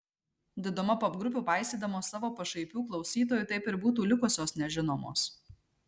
diduma popgrupių paisydamos savo pašaipių klausytojų taip ir būtų likusios nežinomos